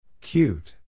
Cute